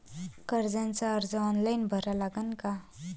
कर्जाचा अर्ज ऑनलाईन भरा लागन का?